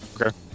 Okay